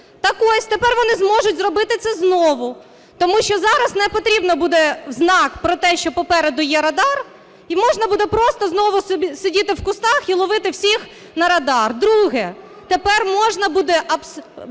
Так ось, тепер вони зможуть зробити це знову, тому що зараз не потрібно буде знак про те, що попереду є радар і можна буде просто знову собі сидіти в кущах і ловити всіх на радар. Друге. Тепер можна буде взагалі